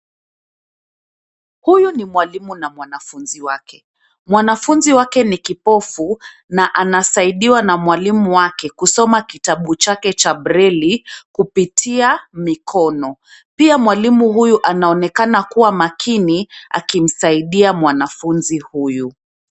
Huyu ni mwalimu na mwanafunzi wake. Mwanafunzi wake ni kipofu na anasaidiwa na mwalimu wake kusoma kitabu chake cha breli kupitia mikono. Pia mwalimu huyu anaonekana kuwa makini akimsaidia mwanafunzi huyu.